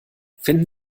finden